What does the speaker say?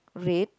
red